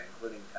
including